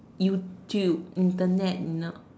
YouTube Internet